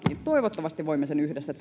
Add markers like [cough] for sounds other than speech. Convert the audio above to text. toivottavasti voimme sen yhdessä [unintelligible]